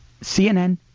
CNN